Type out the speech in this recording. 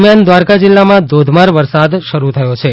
દરમ્યાન દ્વારકા જીલ્લામાં ધોધમાર વરસાદ થયો છે